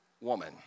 woman